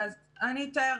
אז אני אתאר.